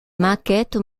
maquettes